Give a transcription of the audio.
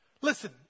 Listen